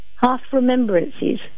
half-remembrances